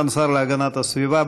סגן השר להגנת הסביבה,